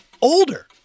older